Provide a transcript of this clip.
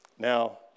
Now